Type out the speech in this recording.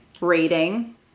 rating